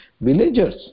villagers